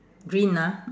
green ah